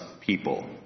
people